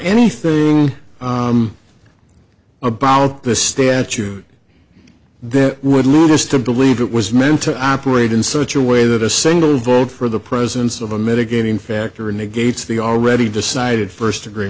anything about the statute that would lead us to believe it was meant to operate in such a way that a single vote for the presence of a mitigating factor in negates the already decided first degree